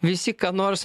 visi ką nors